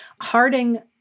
Harding